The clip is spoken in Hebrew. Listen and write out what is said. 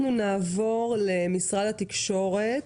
אנחנו נעבור למשרד התקשורת,